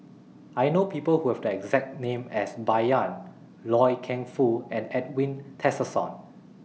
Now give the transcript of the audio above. I know People Who Have The exact name as Bai Yan Loy Keng Foo and Edwin Tessensohn